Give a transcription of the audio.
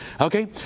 Okay